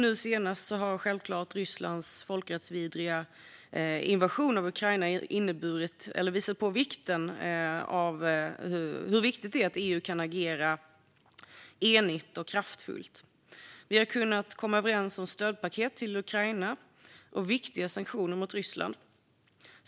Nu senast har självklart Rysslands folkrättsvidriga invasion av Ukraina visat hur viktigt det är att EU kan agera enigt och kraftfullt. Vi har kunnat komma överens om stödpaket till Ukraina och om viktiga sanktioner mot Ryssland.